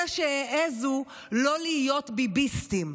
אלה שהעזו לא להיות ביביסטים.